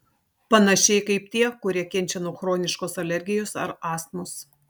panašiai kaip tie kurie kenčia nuo chroniškos alergijos ar astmos